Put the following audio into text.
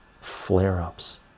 flare-ups